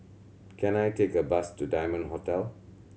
can I take a bus to Diamond Hotel